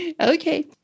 Okay